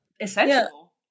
essential